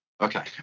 Okay